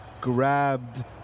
grabbed